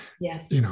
Yes